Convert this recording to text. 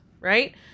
right